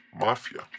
mafia